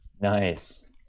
Nice